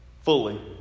Fully